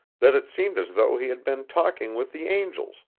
that it seemed as though he had been talking with the angels,